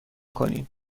کنیم